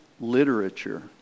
Literature